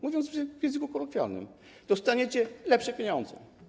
Mówiąc językiem kolokwialnym, dostaniecie lepsze pieniądze.